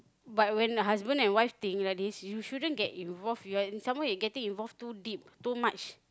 but when husband and wife thing like this you shouldn't get involve you are in some more you getting involve too deep too much